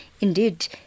Indeed